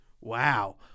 Wow